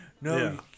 no